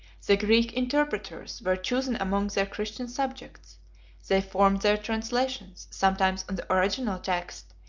the greek interpreters were chosen among their christian subjects they formed their translations, sometimes on the original text,